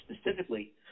specifically